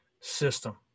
system